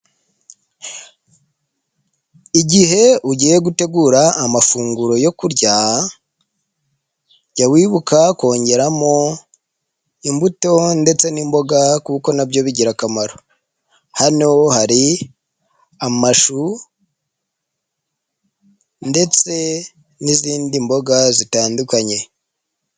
Igihe ugiye gutegura amafunguro yo kurya, jya wibuka kongeramo imbuto ndetse n'imboga kuko nabyo bigira akamaro. Hano hari amashu ndetse n'izindi mboga zitandukanye.